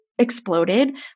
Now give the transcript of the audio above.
exploded